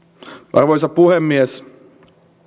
arvoisa puhemies